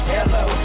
Hello